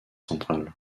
centrale